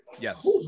Yes